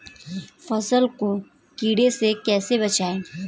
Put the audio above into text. फसल को कीड़े से कैसे बचाएँ?